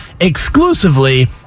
exclusively